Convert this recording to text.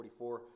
44